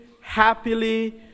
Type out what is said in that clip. happily